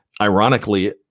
ironically